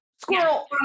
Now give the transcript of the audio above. squirrel